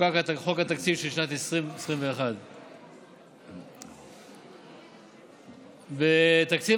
שיחוקק חוק התקציב של שנת 2021. בתקציב